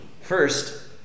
First